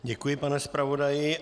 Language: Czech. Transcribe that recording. Děkuji, pane zpravodaji.